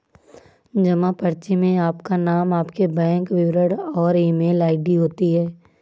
जमा पर्ची में आपका नाम, आपके बैंक विवरण और ईमेल आई.डी होती है